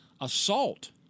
Assault